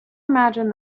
imagined